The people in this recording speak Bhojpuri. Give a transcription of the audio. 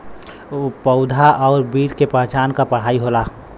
पउधा आउर बीज के पहचान क पढ़ाई होला